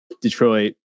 Detroit